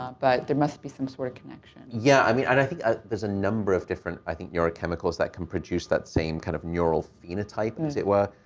but there must be some sort of connection yeah. i mean, and i think ah there's a number of different, i think, neuro chemicals that can produce that same kind of neural phenotype and as it were.